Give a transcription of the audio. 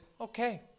Okay